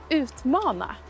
utmana